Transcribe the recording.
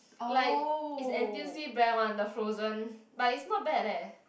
like it's N_T_U_C brand one the frozen but it's not bad leh